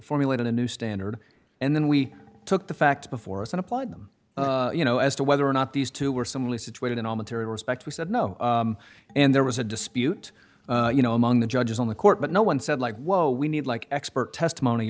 formulating a new standard and then we took the facts before us and applied them you know as to whether or not these two were similarly situated in all material respect we said no and there was a dispute you know among the judges on the court but no one said like whoa we need like expert testimony